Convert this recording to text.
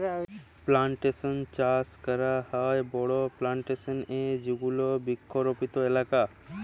plantation চাস ক্যরেক হ্যয় বড় প্লানটেশল এ যেগুলা বৃক্ষরপিত এলাকা